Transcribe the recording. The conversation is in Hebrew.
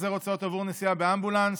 החזר הוצאות עבור נסיעה באמבולנס),